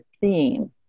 theme